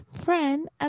friend